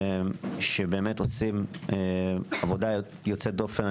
שעושים באמת עבודה יוצאת דופן.